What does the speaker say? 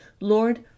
lord